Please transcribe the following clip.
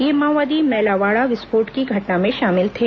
ये माओवादी मैलावाड़ा विस्फोट की घटना में शामिल थे